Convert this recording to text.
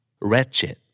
wretched